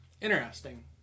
Interesting